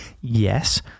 Yes